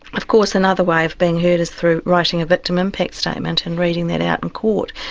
of course another way of being heard is through writing a victim impact statement and reading that out in court,